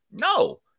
No